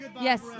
Yes